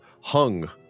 hung